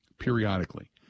periodically